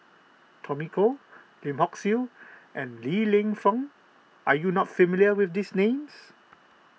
Tommy Koh Lim Hock Siew and Li Lienfung are you not familiar with these names